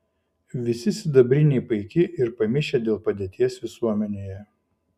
visi sidabriniai paiki ir pamišę dėl padėties visuomenėje